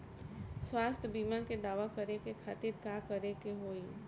स्वास्थ्य बीमा के दावा करे के खातिर का करे के होई?